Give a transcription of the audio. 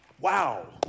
Wow